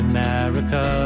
America